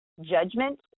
judgment